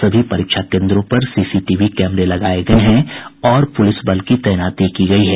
सभी परीक्षा केन्द्रों पर सीसीटीवी कैमरे लगाये गये हैं और पुलिस बल की तैनाती की गयी है